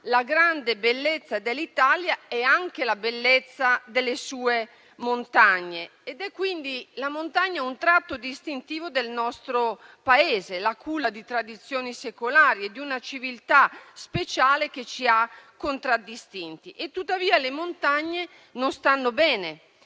La grande bellezza dell'Italia è anche la bellezza delle sue montagne; la montagna è quindi un tratto distintivo del nostro Paese, la culla di tradizioni secolari e di una civiltà speciale che ci ha contraddistinti. Tuttavia le montagne non stanno bene: